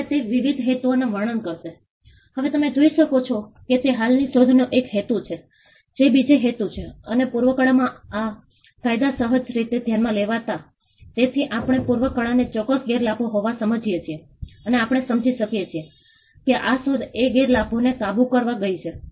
આ માપદંડો છે અને આ જમણી બાજુ તમે જોઈ શકો છો કે ડાબી બાજુની પ્રક્રિયા આધારિત માપદંડ અને જમણી બાજુની બાજુ તમે કેટલાક સંદર્ભો જોઈ શકો છો કે જ્યાંથી અમને મળી શકે છે કે સમુદાયની ભાગીદારી માટે આ આપણી સૂચિત દલીલ છે